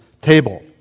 table